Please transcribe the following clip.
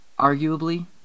arguably